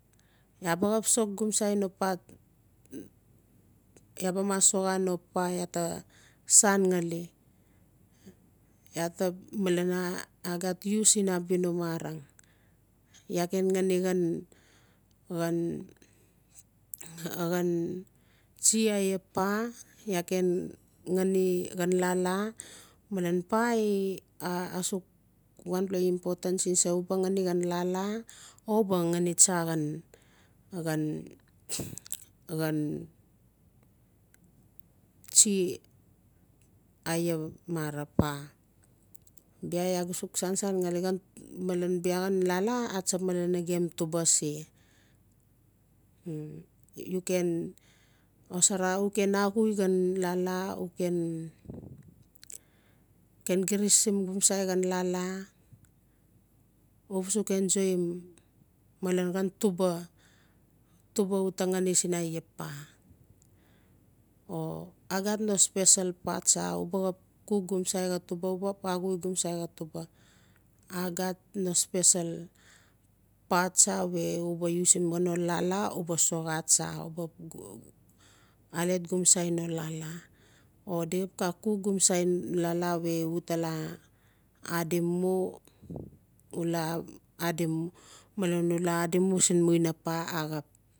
Iaa baxap sok gomsai no paa iaa ba mas soxa no paa iaa ta san ngali iaa ta malen a-agat use ina abia mara. Iaa ken ngani a-a gat use ina abia mara iaa ken ngani xhan-xhan-xhan tsi aia paa iaa ken ngani xhan lala malen paa i a-asuk wanpela important sin sa u ba ngani tsa xhan lala o uba ngani tsa xhan-xhan-xhan tsi aia paa bia iaa ga suk sansan ngali bia xhan lala atsap malen nagem tuba se u ken xosara u ken axui xhan lala u ken girisim gomsai xhan lala u ken girisim ogomsai xhan lala uba suk enjouim malen xham tuba-tuba uta ngani siin aia paa o agat no special paa tsa uba xap kuk gomsai xa paa tuba u ba xap anui gomsei xa tuba a gat no sepcial paa tsa we u b usim xhan no lala uba soxa tsa alet gomasai no lala o di xap xa kuk gomsai lala we tala adi nu ula adi mu siin muna paa axap